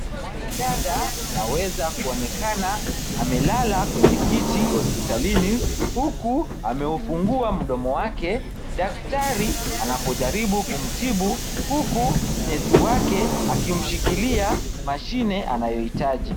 Mwanadada, anaweza kuonekana, amelala kwenye kiti hospitalini, huku ameufungua mdomo wake daktari anapojaribu kumtibu huku nesi wake akimshikilia mashine anayoitaji.